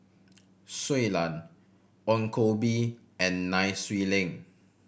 Shui Lan Ong Koh Bee and Nai Swee Leng